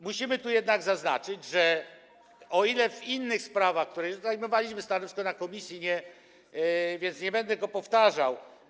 Musimy tu jednak zaznaczyć, że o ile w innych sprawach, co do których zajmowaliśmy stanowisko w komisji, więc nie będę go tu powtarzał.